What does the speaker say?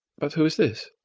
but who is this?